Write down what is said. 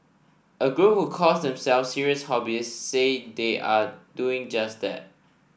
a group who calls themselves serious hobbyists say they are doing just that